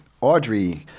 Audrey